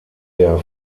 der